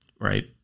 right